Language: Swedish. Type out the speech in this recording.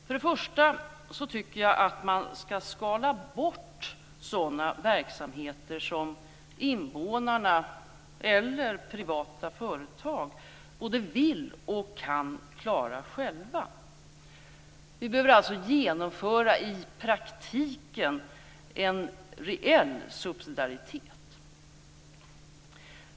För det första tycker jag att man skall skala bort sådana verksamheter som invånarna eller de privata företagen både vill och kan klara själva. Vi behöver alltså i praktiken genomföra en reell subsidiaritet.